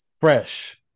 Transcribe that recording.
fresh